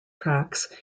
tracks